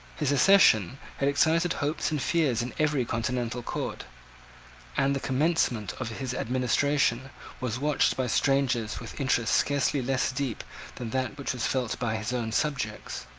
his accession had excited hopes and fears in every continental court and the commencement of his administration was watched by strangers with interest scarcely less deep than that which was felt by his own subjects.